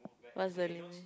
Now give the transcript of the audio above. what's the link